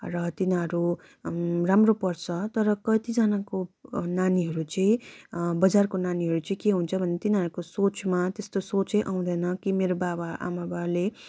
र तिनीहरू राम्रो पढ्छ तर कतिजनाको नानीहरू चाहिँ बजारको नानीहरू चाहिँ के हुन्छ भने तिनीहरूको सोचमा त्यस्तो सोचै आउँदैन कि मेरो बाबा आमाबाले